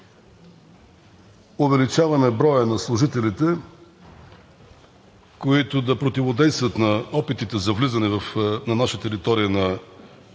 увеличаваме броя на служителите, които да противодействат на опитите за влизане на наша територия на